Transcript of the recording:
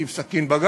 תוקעים סכין בגב.